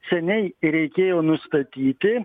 seniai reikėjo nustatyti